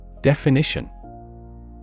Definition